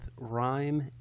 rhyme